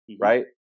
right